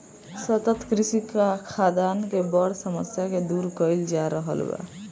सतत कृषि खाद्यान के बड़ समस्या के दूर कइल जा रहल बा